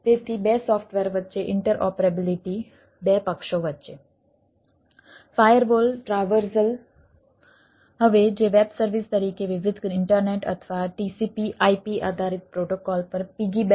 તેથી બે સોફ્ટવેર વચ્ચે ઇન્ટરઓપરેબિલિટી બે પક્ષો વચ્ચે